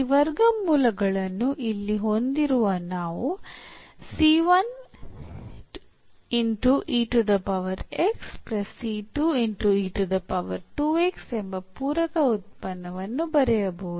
ಈ ವರ್ಗಮೂಲಗಳನ್ನು ಇಲ್ಲಿ ಹೊಂದಿರುವ ನಾವು ಎಂಬ ಪೂರಕ ಉತ್ಪನ್ನವನ್ನು ಬರೆಯಬಹುದು